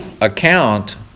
account